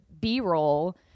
B-roll